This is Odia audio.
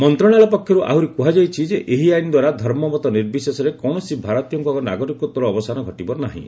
ମନ୍ତ୍ରଣାଳୟ ପକ୍ଷରୁ ଆହୁରି କୁହାଯାଉଛି ଯେ ଏହି ଆଇନ ଦ୍ୱାରା ଧର୍ମମତ ନିର୍ବିଶେଷରେ କୌଣସି ଭାରତୀୟଙ୍କ ନାଗରିକତ୍ୱର ଅବସାନ ଘଟିବ ନାହିଁ